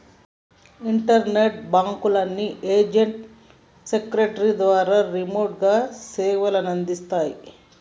internet బాంకుల అన్ని agent network ద్వారా రిమోట్ గా సేవలందిత్తాయి